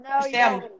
Sam